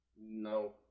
no